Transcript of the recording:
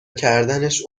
کردنش